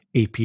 AP